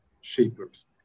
shapers